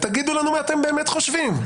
תגידו לנו מה אתם באמת חושבים.